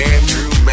Andrew